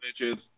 bitches